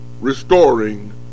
restoring